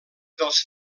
dels